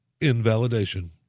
invalidation